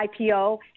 IPO